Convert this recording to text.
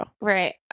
right